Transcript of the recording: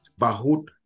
Bahut